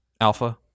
Alpha